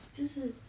就是